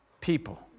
people